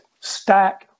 stack